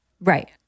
Right